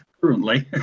currently